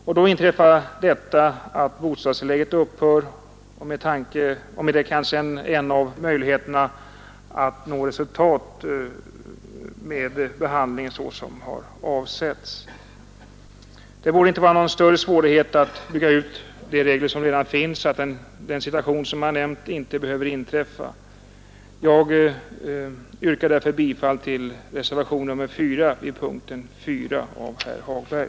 Men då upphör bostadstillägget och därmed försvinner kanske en av möjligheterna att nå avsett resultat. Det borde inte vara någon större svårighet att bygga ut de regler som redan finns, så att en situation som den jag nämnt inte behöver inträffa. Jag yrkar därför bifall till reservationen 4 vid punkten 4 av herr Hagberg.